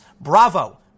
Bravo